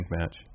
match